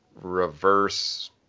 reverse